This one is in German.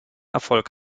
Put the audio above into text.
erfolg